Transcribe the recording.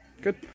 Good